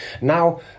Now